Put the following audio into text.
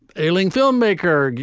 ailing film maker,